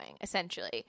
Essentially